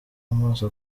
amaso